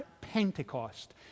Pentecost